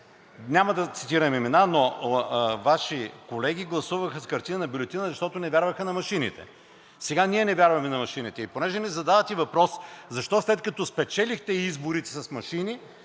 няма да цитирам имена, но Ваши колеги гласуваха с хартиена бюлетина, защото не вярваха на машините. Сега ние не вярваме на машините. И понеже ни задавате въпрос: защо, след като спечелихте изборите с машини,